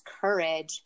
courage